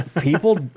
people